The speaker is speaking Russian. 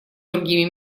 другими